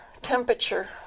temperature